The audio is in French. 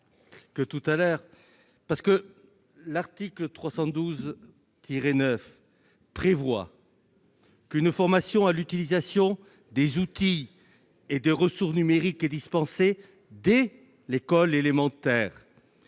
l'heure ... L'article L. 312-9 prévoit qu'une formation à l'utilisation des outils et des ressources numériques est dispensée dès l'école élémentaire